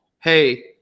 Hey